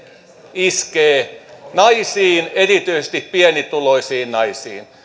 iskee erityisesti naisiin erityisesti pienituloisiin naisiin